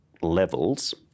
levels